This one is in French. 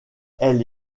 elle